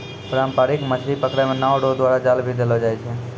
पारंपरिक मछली पकड़ै मे नांव रो द्वारा जाल भी देलो जाय छै